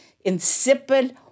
insipid